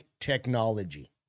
Technology